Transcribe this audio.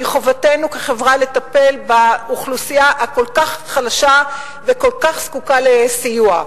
כי חובתנו כחברה לטפל באוכלוסייה הכל-כך חלשה וכל-כך זקוקה לסיוע.